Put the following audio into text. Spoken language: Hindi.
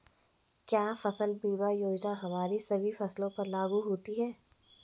क्या फसल बीमा योजना हमारी सभी फसलों पर लागू होती हैं?